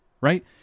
right